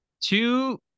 two